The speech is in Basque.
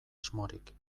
asmorik